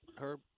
Herb